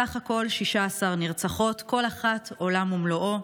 סך הכול 16 נרצחות, וכל אחת עולם ומלואו.